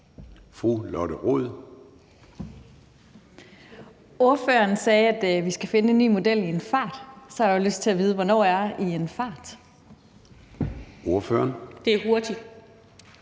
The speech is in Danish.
Lotte Rod (RV): Ordføreren sagde, at vi skal finde en ny model i en fart. Så har jeg jo lyst til at vide: Hvornår er i en fart? Kl. 13:27 Formanden